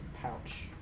Pouch